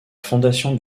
fondation